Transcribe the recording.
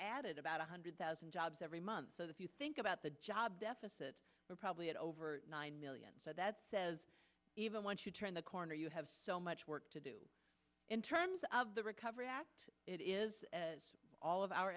added about one hundred thousand jobs every month so that you think about the job deficit we're probably at over nine million so that says even once you turn the corner you have so much work to do in terms of the recovery act it is all of our